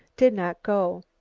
did not go.